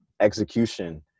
execution